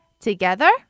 Together